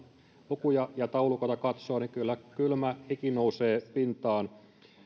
lukuja ja taulukoita katsoo niin kyllä kylmä hiki nousee pintaan